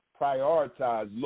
prioritize